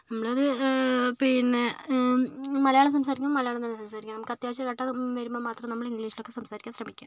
നമ്മളത് പിന്നെ മലയാളം സംസാരിക്കുമ്പോൾ മലയാളം തന്നെ സംസാരിക്കുക നമുക്ക് അത്യാവശ്യഘട്ടം വരുമ്പോൾ മാത്രം നമ്മൾ ഇംഗ്ലീഷിലോക്കെ സംസാരിക്കാൻ ശ്രമിക്കുക